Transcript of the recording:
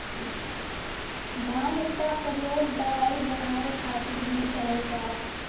भांग क परयोग दवाई बनाये खातिर भीं करल जाला